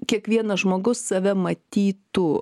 kiekvienas žmogus save matytų